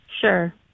Sure